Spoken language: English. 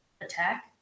attack